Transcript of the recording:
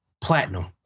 platinum